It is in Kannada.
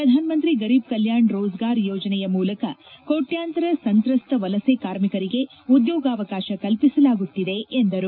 ಪ್ರಧಾನಮಂತ್ರಿ ಗರೀಬ್ ಕಲ್ಲಾಣ್ ರೋಜ್ಗಾರ್ ಯೋಜನೆಯ ಮೂಲಕ ಕೋಟ್ಲಾಂತರ ಸಂತ್ರಸ್ತ ವಲಸೆ ಕಾರ್ಮಿಕರಿಗೆ ಉದ್ಯೋಗಾವಕಾಶ ಕಲ್ಪಿಸಲಾಗುತ್ತಿದೆ ಎಂದರು